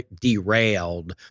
derailed